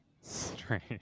strange